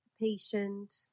patient